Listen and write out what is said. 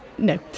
No